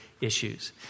issues